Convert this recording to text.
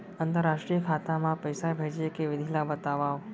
अंतरराष्ट्रीय खाता मा पइसा भेजे के विधि ला बतावव?